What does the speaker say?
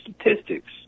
statistics